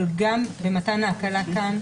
אבל גם במתן ההקלה כאן,